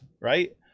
right